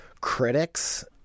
critics